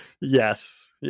Yes